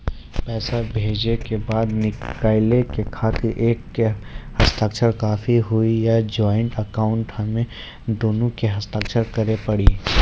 पैसा भेजै के बाद निकाले के खातिर एक के हस्ताक्षर काफी हुई या ज्वाइंट अकाउंट हम्मे दुनो के के हस्ताक्षर करे पड़ी?